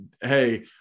hey